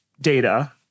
data